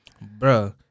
bro